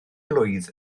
blwydd